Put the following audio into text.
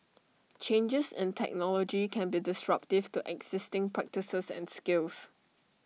changes in technology can be disruptive to existing practices and skills